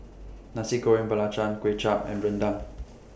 Nasi Goreng Belacan Kuay Chap and Rendang